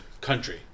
country